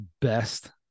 best